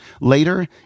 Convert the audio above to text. Later